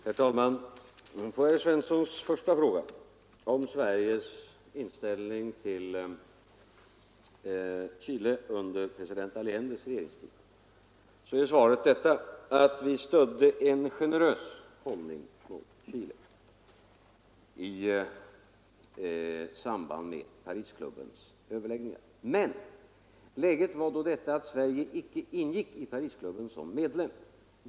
Herr talman! På herr Svenssons i Malmö första fråga, om Sveriges inställning till Chile under president Allendes regering, är svaret att vi stödde en generös hållning mot Chile i samband med Parisklubbens överläggningar. Men läget var då det att Sverige icke ingick i Parisklubben som medlem.